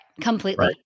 Completely